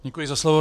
Děkuji za slovo.